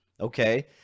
Okay